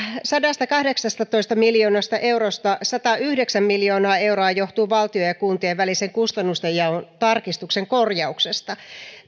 sadastakahdeksastatoista miljoonasta eurosta satayhdeksän miljoonaa euroa johtuu valtion ja kuntien välisen kustannustenjaon tarkistuksen korjauksesta